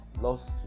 lost